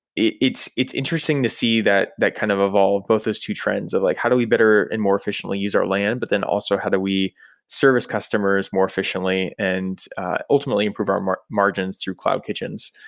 it's it's interesting to see that that kind of evolve both as two trends of like how do we better and more efficiently use our land, but then also how do we service customers more efficiently and ultimately improve our margins through cloud kitchens.